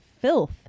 Filth